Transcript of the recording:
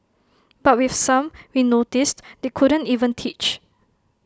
but with some we noticed they couldn't even teach